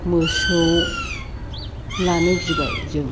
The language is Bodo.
मोसौ लानो गिबाय जों